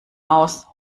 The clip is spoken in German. aus